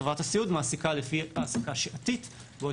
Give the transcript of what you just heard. חברות הסיעוד מעסיקה לפי העסקה שעתית בעוד